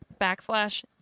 backslash